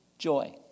Joy